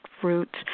fruits